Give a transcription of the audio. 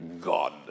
God